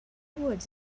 woods